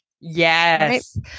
Yes